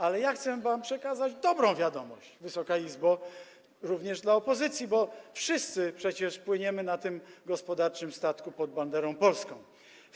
Ale chcę przekazać dobrą wiadomość, Wysoka Izbo, również dla opozycji, bo wszyscy przecież płyniemy na tym gospodarczym statku pod polską banderą.